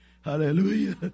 Hallelujah